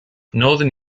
northern